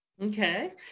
Okay